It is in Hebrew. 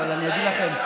אבל אני אגיד לכם,